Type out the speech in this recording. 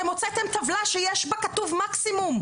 אתם הוצאתם טבלה שכתוב בה מקסימום.